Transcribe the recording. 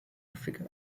africa